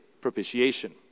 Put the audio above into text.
propitiation